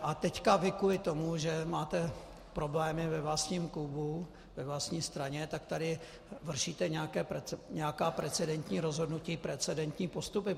A teď kvůli tomu, že máte problémy ve vlastním klubu, ve vlastní straně, tak tady vršíte nějaká precedentní rozhodnutí, precedentní postupy.